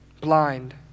blind